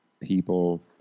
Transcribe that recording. people